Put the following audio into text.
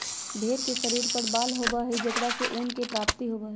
भेंड़ के शरीर पर बाल होबा हई जेकरा से ऊन के प्राप्ति होबा हई